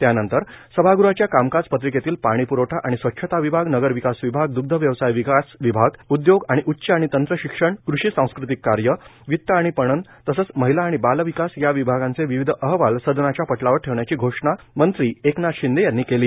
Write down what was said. त्यानंतर सभागृहाच्या कामकाज पत्रिकेतील पाणी प्रवठा आणि स्वच्छता विभाग नगरविकास विभाग दुग्धव्यवसाय विकास विभाग उदयोग आणि उच्च आणि तंत्र शिक्षण कृषि सांस्कृतिक कार्य वित्त आणि पणन तसेच महिला आणि बाल विकास या विभागांचे विविध अहवाल सदनाच्या पटलावर ठेवण्याची घोषणा मंत्री एकनाथ शिंदे यांनी केली